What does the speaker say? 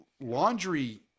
laundry